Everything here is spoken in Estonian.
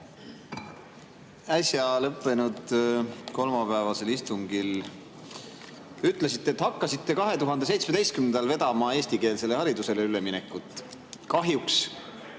äsja lõppenud kolmapäevasel istungil ütlesite, et hakkasite 2017. aastal vedama eestikeelsele haridusele üleminekut. Kahjuks